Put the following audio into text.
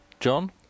John